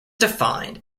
defined